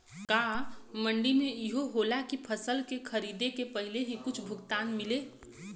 का मंडी में इहो होला की फसल के खरीदे के पहिले ही कुछ भुगतान मिले?